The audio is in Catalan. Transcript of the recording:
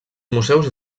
museus